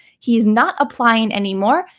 he is not applying anymore,